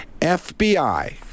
FBI